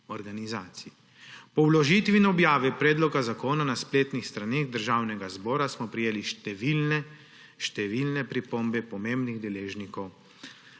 Po vložitvi in objavi predloga zakona na spletnih straneh Državnega zbora smo prejeli številne pripombe pomembnih deležnikov